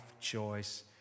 Choice